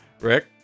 Rick